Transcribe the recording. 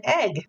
egg